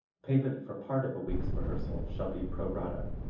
payment for part of a week's rehearsal shall be pro rata.